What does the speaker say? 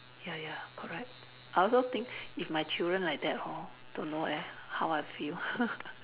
ya ya correct I also think if my children like that hor don't know eh how I feel